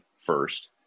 first